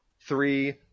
three